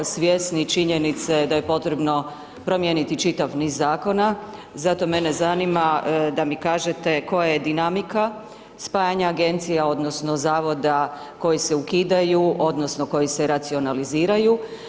Svjesni činjenice da je potrebno promijeniti čitav niz zakona, zato mene zanima, da mi kažete, koja je dinamika spajanje agencija, odnosno, zavoda koje se ukidaju, onda, koje se racionaliziraju.